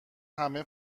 همه